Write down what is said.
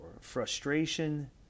frustration